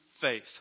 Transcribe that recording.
faith